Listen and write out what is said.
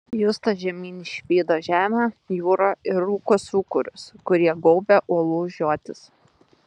justas žemyn išvydo žemę jūrą ir rūko sūkurius kurie gaubė uolų žiotis